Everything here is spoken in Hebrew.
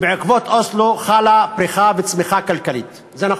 שבעקבות אוסלו חלה פריחה וצמיחה כלכלית, וזה נכון.